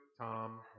Tom